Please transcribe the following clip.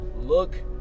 look